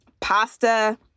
pasta